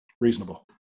Reasonable